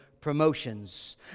promotions